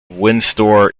windsor